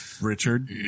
Richard